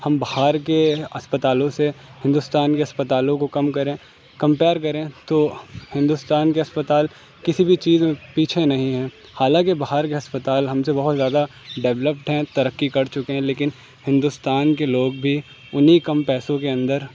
ہم باہر کے اسپتالوں سے ہندوستان کے اسپتالوں کو کم کریں کمپیئر کریں تو ہندوستان کے اسپتال کسی بھی چیز میں پیچھے نہیں ہیں حالانکہ باہر کے اسپتال ہم سے بہت زیادہ ڈیولپڈ ہیں ترقی کر چکے ہیں لیکن ہندوستان کے لوگ بھی انہیں کم پیسوں کے اندر